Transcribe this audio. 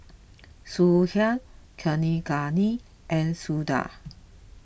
Sudhir Kaneganti and Sundar